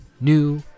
new